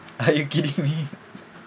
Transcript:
are you kidding me